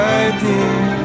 idea